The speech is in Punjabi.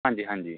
ਹਾਂਜੀ ਹਾਂਜੀ